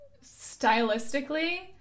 stylistically